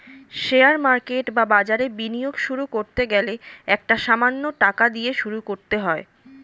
share market বা বাজারে বিনিয়োগ শুরু করতে গেলে একটা সামান্য টাকা দিয়ে শুরু করতে হয়